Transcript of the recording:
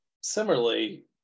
similarly